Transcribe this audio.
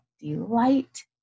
delight